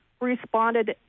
responded